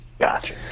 Gotcha